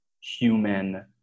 human